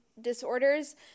disorders